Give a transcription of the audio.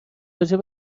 راجع